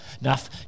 enough